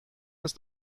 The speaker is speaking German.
ist